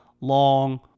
long